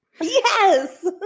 Yes